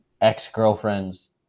ex-girlfriend's